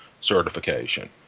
certification